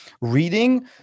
reading